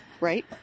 Right